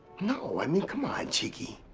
no, i mean, come on, cheeky.